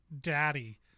Daddy